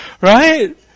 Right